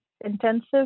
intensive